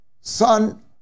son